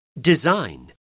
Design